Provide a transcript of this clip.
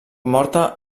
morta